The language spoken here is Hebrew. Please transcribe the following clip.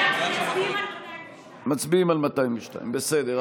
מצביעים על 202. מצביעים על 202. בסדר.